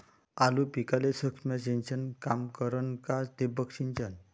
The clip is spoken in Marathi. आलू पिकाले सूक्ष्म सिंचन काम करन का ठिबक सिंचन?